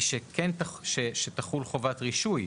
היא שכן תחול חובת רישוי.